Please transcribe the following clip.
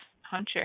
hunter